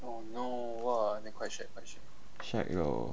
shag bro